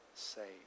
saved